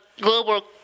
global